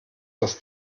das